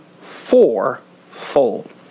fourfold